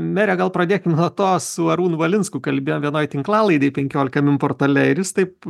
mere gal pradėkim nuo to su arūnu valinsku kalbėjom vienoj tinklalaidėj penkiolika min portale ir jis taip